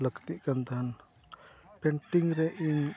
ᱞᱟᱹᱠᱛᱤᱜ ᱠᱟᱱ ᱛᱟᱦᱮᱱ ᱨᱮ ᱤᱧ